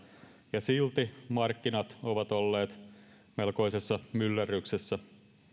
ja silti markkinat ovat olleet melkoisessa myllerryksessä